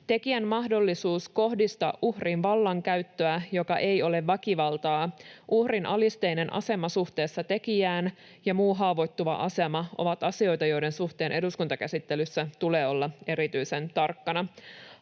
Tekijän mahdollisuus kohdistaa uhriin vallankäyttöä, joka ei ole väkivaltaa, uhrin alisteinen asema suhteessa tekijään ja muu haavoittuva asema ovat asioita, joiden suhteen eduskuntakäsittelyssä tulee olla erityisen tarkkana.